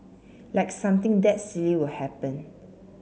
like something that silly will happen